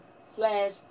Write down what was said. slash